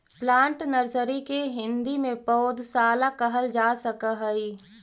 plant nursery के हिंदी में पौधशाला कहल जा सकऽ हइ